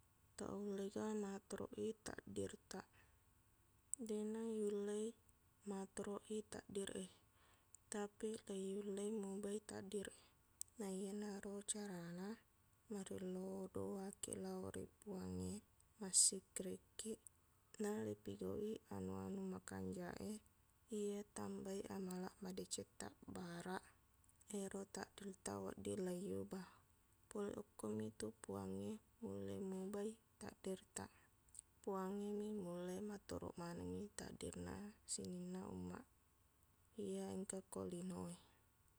Taullega matoroq i takdirtaq deqna yulle matoroq i takdir e tapiq leiyulle mubah i takdir naiyenaro carana merillo doangkiq lao ri puangnge massikkirikkiq na lipigauq i anu-anu makanjaq e iye tambai amalaq madecettaq baraq ero takdirtaq wedding leiubah pole okkomitu puangnge nulle mubah i takdirtaq puangngemi mulle matoroq manengngi takdirna sininna umaq iya engka ko linowe